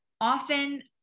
often